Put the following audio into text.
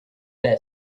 their